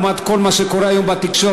לעומת כל מה שקורה היום בתקשורת.